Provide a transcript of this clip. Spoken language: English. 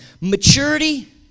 Maturity